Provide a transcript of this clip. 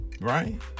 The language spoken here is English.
Right